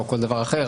או כל דבר אחר,